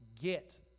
get